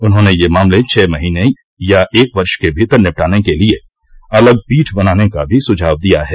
उन्होंने ये मामले छः महीने या एक वर्ष के भीतर निपटाने के लिए अलग पीठ बनाने का भी सुझाव दिया है